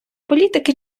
політики